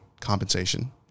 compensation